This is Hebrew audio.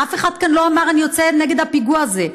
אף אחד לא אמר: אני יוצא נגד הפיגוע הזה.